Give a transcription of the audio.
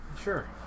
Sure